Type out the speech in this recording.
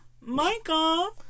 Michael